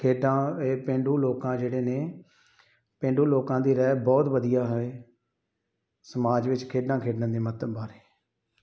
ਖੇਡਾਂ ਇਹ ਪੇਂਡੂ ਲੋਕਾਂ ਜਿਹੜੇ ਨੇ ਪੇਂਡੂ ਲੋਕਾਂ ਦੀ ਰਾਏ ਬਹੁਤ ਵਧੀਆ ਹੈ ਸਮਾਜ ਵਿੱਚ ਖੇਡਾਂ ਖੇਡਣ ਦੇ ਮਹੱਤਵ ਬਾਰੇ